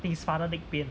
his father leg pain